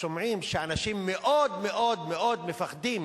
שומעים שאנשים מאוד מאוד מאוד מפחדים